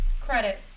credit